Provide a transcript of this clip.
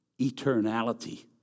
eternality